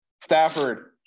stafford